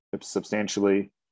substantially